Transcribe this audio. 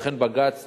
ואכן בג"ץ